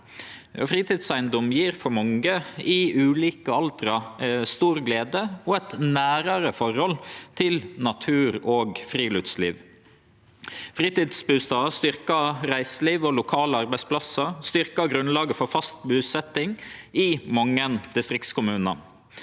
Fritidseigedom gjev for mange i ulike aldrar ei stor glede og eit nærare forhold til natur og friluftsliv. Fritidsbustader styrkjer reiseliv og lokale arbeidsplassar og grunnlaget for fast busetjing i mange distriktskommunar.